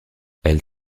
elle